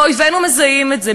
ואויבינו מזהים את זה.